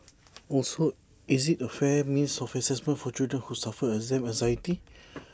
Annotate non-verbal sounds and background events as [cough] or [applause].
[noise] also is IT A fair means of Assessment for children who suffer exam anxiety [noise]